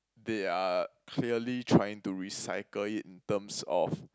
they are clearly trying to recycle it in terms of